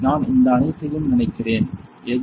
நான் இந்த அனைத்தையும் நினைக்கிறேன் Refer Time 1430